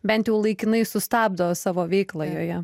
bent jau laikinai sustabdo savo veiklą joje